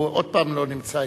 הוא עוד פעם לא נמצא אצלי,